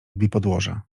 biopodłoża